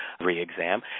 re-exam